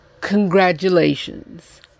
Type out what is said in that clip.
congratulations